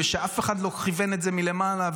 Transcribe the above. שאף אחד לא כיוון מלמעלה,